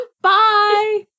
Bye